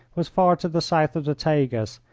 was far to the south of the tagus,